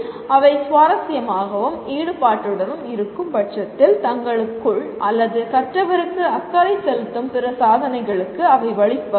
அவை சுவாரஸ்யமாகவும் ஈடுபாட்டுடன் இருக்கும் பட்சத்தில் தங்களுக்குள் அல்லது கற்றவருக்கு அக்கறை செலுத்தும் பிற சாதனைகளுக்கு அவை வழி வகுக்கும்